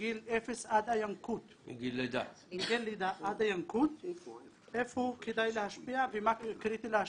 מגיל לידה עד הינקות איפה כדאי להשפיע ומה קריטי להשפיע.